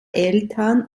eltern